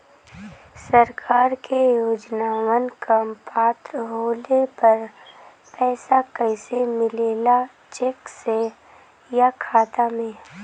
सरकार के योजनावन क पात्र होले पर पैसा कइसे मिले ला चेक से या खाता मे?